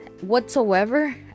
whatsoever